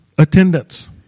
Attendance